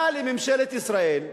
מה לממשלת ישראל,